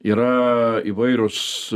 yra įvairūs